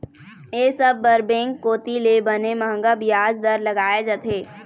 ये सब बर बेंक कोती ले बने मंहगा बियाज दर लगाय जाथे